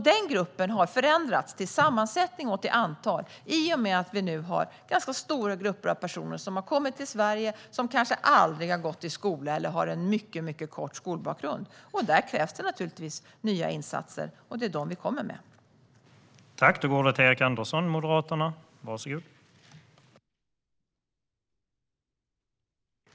Den gruppen har förändrats till sammansättning och till antal i och med att vi nu har ganska stora grupper av personer som har kommit till Sverige och som kanske aldrig har gått i skolan eller som har en mycket kort skolbakgrund. Där krävs det naturligtvis nya insatser, och det är dessa insatser som vi nu kommer med.